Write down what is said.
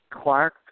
Clark